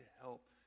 help